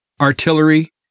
artillery